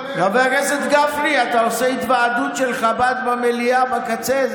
אתה עושה התוועדות של חב"ד במליאה בקצה?